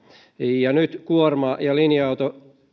nyt kuorma ja linja